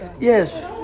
Yes